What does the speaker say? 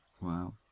Wow